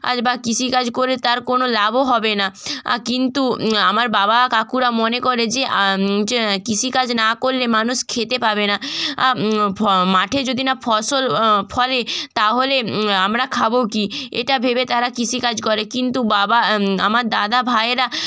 আর বা কৃষিকাজ করে তার কোনো লাভও হবে না কিন্তু আমার বাবা কাকুরা মনে করে যে যে কৃষিকাজ না করলে মানুষ খেতে পাবে না ফ মাঠে যদি না ফসল ফলে তাহলে আমরা খাব কী এটা ভেবে তারা কৃষিকাজ করে কিন্তু বাবা আমার দাদা ভায়েরা